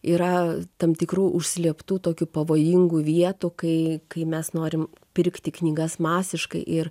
yra tam tikrų užslėptų tokių pavojingų vietų kai kai mes norim pirkti knygas masiškai ir